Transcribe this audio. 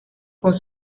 con